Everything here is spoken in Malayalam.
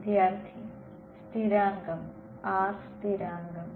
വിദ്യാർത്ഥി സ്ഥിരാങ്കം r സ്ഥിരാങ്കം